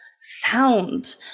sound